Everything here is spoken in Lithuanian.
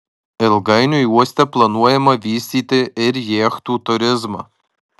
ilgainiui uoste planuojama vystyti ir jachtų turizmą